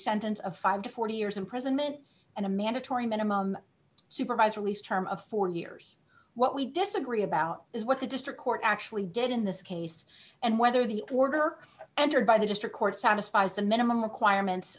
sentence of five to forty years imprisonment and a mandatory minimum supervised release term of four years what we disagree about is what the district court actually did in this case and whether the order entered by the district court satisfies the minimum requirement